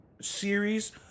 series